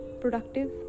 productive